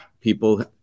people